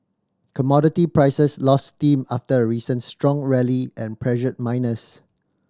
commodity prices lost steam after a recent strong rally and pressured miners